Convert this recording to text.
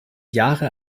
jahre